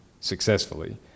successfully